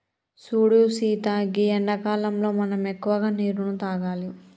సూడు సీత గీ ఎండాకాలంలో మనం ఎక్కువగా నీరును తాగాలి